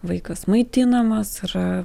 vaikas maitinamas yra